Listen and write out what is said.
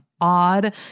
odd